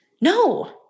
No